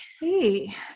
hey